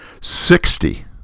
Sixty